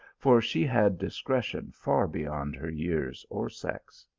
for she had discretion far beyond her years or sex.